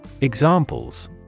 Examples